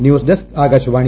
news desk Akashvani